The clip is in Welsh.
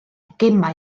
gemau